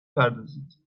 بپردازید